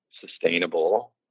sustainable